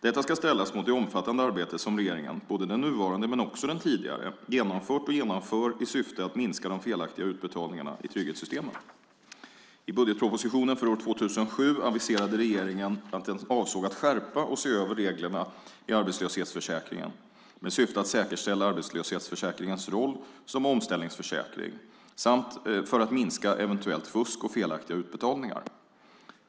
Detta ska ställas mot det omfattande arbete som regeringen, den nuvarande men också den tidigare, genomfört och genomför i syfte att minska de felaktiga utbetalningarna i trygghetssystemen. I budgetpropositionen för år 2007 aviserade regeringen att den avsåg att skärpa och se över reglerna i arbetslöshetsförsäkringen med syfte att säkerställa arbetslöshetsförsäkringens roll som omställningsförsäkring samt att minska eventuellt fusk och felaktiga utbetalningar.